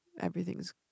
Everything's